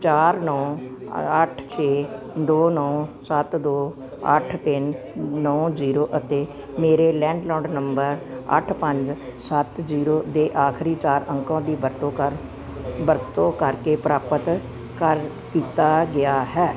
ਚਾਰ ਨੌਂ ਅੱਠ ਛੇ ਦੋ ਨੌਂ ਸੱਤ ਦੋ ਅੱਠ ਤਿੰਨ ਨੌਂ ਜੀਰੋ ਅਤੇ ਮੇਰੇ ਲੈਂਡਲੋਂਡ ਨੰਬਰ ਅੱਠ ਪੰਜ ਸੱਤ ਜੀਰੋ ਦੇ ਆਖਰੀ ਚਾਰ ਅੰਕਾਂ ਦੀ ਵਰਤੋਂ ਕਰ ਵਰਤੋਂ ਕਰਕੇ ਪ੍ਰਾਪਤ ਕਰ ਕੀਤਾ ਗਿਆ ਹੈ